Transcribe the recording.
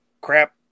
crap